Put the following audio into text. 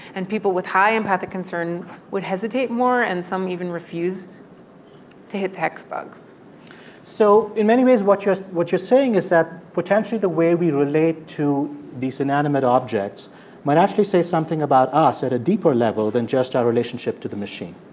and people with high empathic concern would hesitate more. and some even refused to hit the hexbugs so in many ways, what you're saying is that potentially the way we relate to these inanimate objects might actually say something about us at a deeper level than just our relationship to the machine